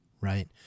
Right